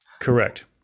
Correct